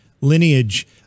lineage